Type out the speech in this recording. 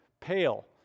pale